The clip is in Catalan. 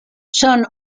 són